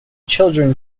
children